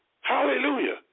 Hallelujah